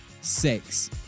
six